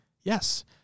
Yes